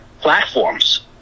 platforms